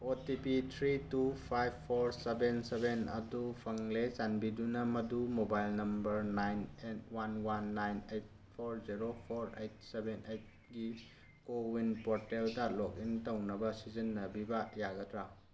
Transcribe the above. ꯑꯣ T P three two five four seven seven ꯑꯗꯨ ꯐꯪꯂꯦ ꯆꯥꯟꯕꯤꯗꯨꯅ ꯃꯗꯨ mobile number nine eight one one nine eight four zero four eight seven ꯑꯩꯠꯒꯤ CoWIN ꯄꯣꯔꯇꯦꯜꯗ log in ꯇꯧꯅꯕ ꯁꯤꯖꯤꯟꯅꯕꯤꯕ ꯌꯥꯒꯗ꯭ꯔꯥ